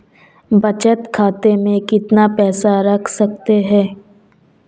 बचत खाते में कितना पैसा रख सकते हैं?